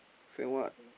send what